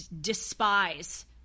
despise